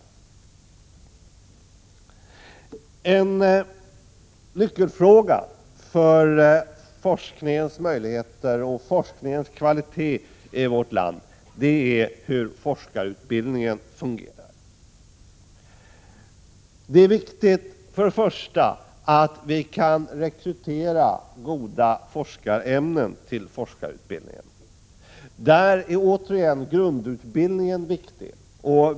En nyckelfråga när det gäller forskningens möjligheter och kvalitet i vårt land är hur forskarutbildningen fungerar. Först och främst är det viktigt att vi kan rekrytera goda forskarämnen till forskarutbildningen. Återigen är grundutbildningen viktig.